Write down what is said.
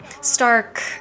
stark